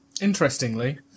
interestingly